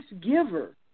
giver